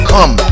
Come